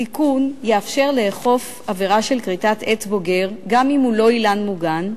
התיקון יאפשר לאכוף עבירה של כריתת עץ בוגר גם אם הוא לא אילן מוגן,